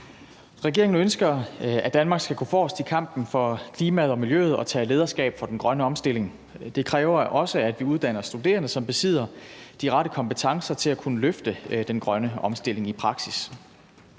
Regeringen ønsker, at Danmark skal gå forrest i kampen for klimaet og miljøet og tage lederskab for den grønne omstilling. Det kræver også, at vi uddanner studerende, som besidder de rette kompetencer til at kunne løfte den grønne omstilling i praksis.